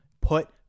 Put